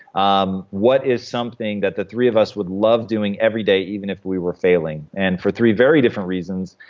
um what is something that the three of us would love doing every day, even if we were failing? and for three very different reasons,